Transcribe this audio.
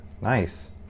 nice